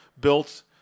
built